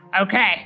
Okay